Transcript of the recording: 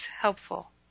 helpful